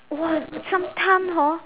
!wah! sometime hor